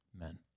Amen